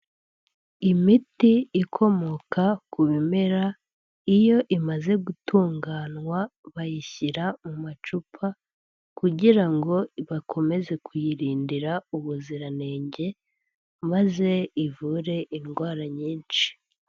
Imiti ikomoka ku bimera, iyo imaze gutunganwa bayishyira mu macupa kugira ngo bakomeze kuyirindira ubuziranenge, maze ivure indwara nyinshi.